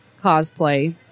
cosplay